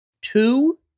Two